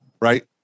right